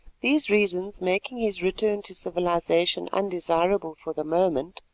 these reasons making his return to civilisation undesirable for the moment,